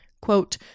quote